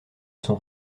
sont